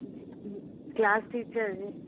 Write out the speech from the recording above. जी class teacher जे